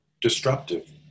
destructive